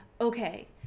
okay